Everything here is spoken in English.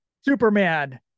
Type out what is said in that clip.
superman